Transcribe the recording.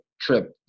trip